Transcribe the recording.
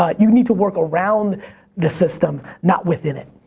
ah you need to work around the system, not within it.